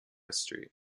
street